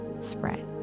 spread